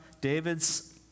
David's